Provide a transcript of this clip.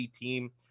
team